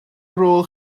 rôl